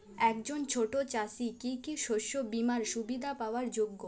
একজন ছোট চাষি কি কি শস্য বিমার সুবিধা পাওয়ার যোগ্য?